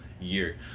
year